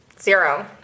Zero